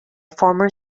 former